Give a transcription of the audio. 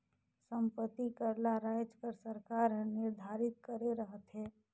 संपत्ति कर ल राएज कर सरकार हर निरधारित करे रहथे